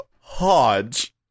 Hodge